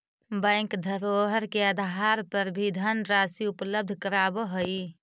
bank धरोहर के आधार पर भी धनराशि उपलब्ध करावऽ हइ